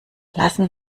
lassen